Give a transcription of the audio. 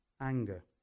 anger